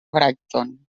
brighton